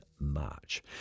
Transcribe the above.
March